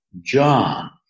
John